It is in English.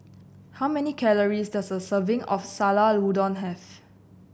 how many calories does a serving of Sayur Lodeh have